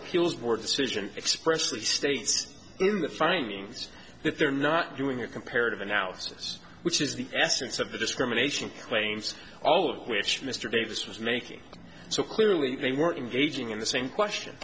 appeals were decision expression states in the findings that they're not doing a comparative analysis which is the essence of the discrimination claims all of which mr davis was making so clearly they weren't engaging in the same question